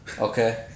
Okay